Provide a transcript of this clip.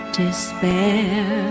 despair